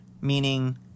meaning